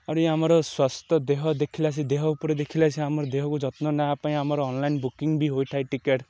ଆହୁରି ଆମ ସ୍ୱାସ୍ଥ୍ୟ ଦେହ ଦେଖିଲା ଆସିକି ଦେହ ଉପରେ ଦେଖିଲା ଆସିକି ଆମର ଦେହକୁ ଯତ୍ନ ନେବାପାଇଁ ଆମର ଅନଲାଇନ୍ ବୁକିଂ ବି ହୋଇଥାଏ ଟିକେଟ୍